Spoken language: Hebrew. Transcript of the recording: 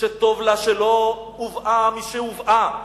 טוב לה שלא הובאה משהובאה,